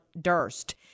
Durst